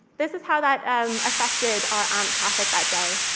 this is how that affected our amp traffic that day.